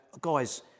Guys